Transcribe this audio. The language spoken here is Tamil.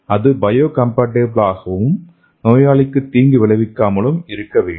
அது பயோகம்பாட்டிபிள் ஆகவும் நோயாளிக்கு தீங்கு விளைவிக்காமலும் இருக்க வேண்டும்